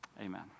Amen